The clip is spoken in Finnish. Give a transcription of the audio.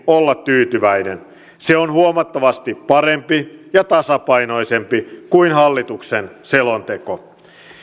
olla tyytyväinen se on huomattavasti parempi ja tasapainoisempi kuin hallituksen selonteko